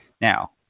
Now